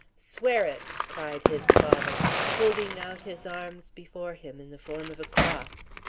swear it! cried his father, holding out his arms before him in the form of a cross.